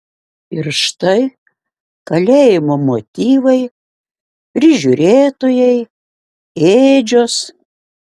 ir štai kalėjimo motyvai prižiūrėtojai ėdžios